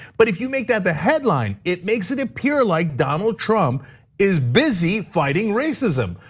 but if you make that the headline, it makes it appear like donald trump is busy fighting racism,